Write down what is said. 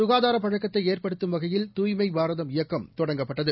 சுகாதாரபழக்கத்தைஏற்படுத்தும் வகையில் தூய்மைபாரதம் இயக்கம் தொடங்கப்பட்டது